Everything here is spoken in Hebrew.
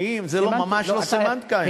זו ממש לא סמנטיקה, אדוני.